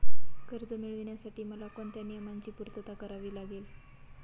कर्ज मिळविण्यासाठी मला कोणत्या नियमांची पूर्तता करावी लागेल?